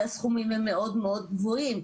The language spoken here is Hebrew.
והסכומים הם מאוד מאוד גבוהים.